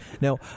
Now